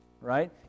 right